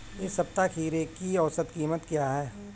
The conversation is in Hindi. इस सप्ताह खीरे की औसत कीमत क्या है?